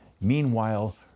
meanwhile